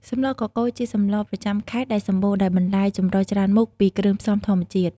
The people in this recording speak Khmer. សម្លកកូរ ជាសម្លរប្រចាំខេត្តដែលសម្បូរដោយបន្លែចម្រុះច្រើនមុខ ពីគ្រឿងផ្សំធម្មជាតិ ។